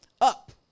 Up